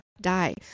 die